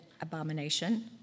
abomination